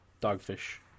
dogfish